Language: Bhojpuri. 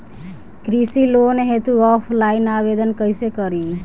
कृषि लोन हेतू ऑफलाइन आवेदन कइसे करि?